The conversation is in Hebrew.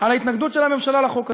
על ההתנגדות של הממשלה לחוק הזה.